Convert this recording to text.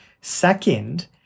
Second